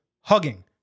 hugging